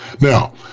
Now